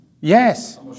Yes